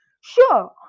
Sure